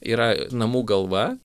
yra namų galva